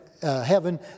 heaven